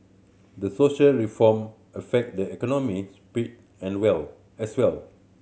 the social reform affect the economic sphere and well as well